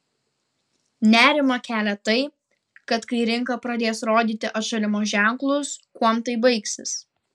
nerimą kelia tai kad kai rinka pradės rodyti atšalimo ženklus kuom tai baigsis